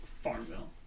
Farmville